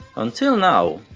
until now,